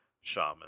shaman